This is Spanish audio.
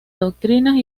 doctrinas